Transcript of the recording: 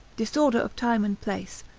disorder of time and place,